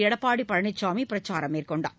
எடப்பாடி பழனிசாமி பிரச்சாரம் மேற்கொண்டார்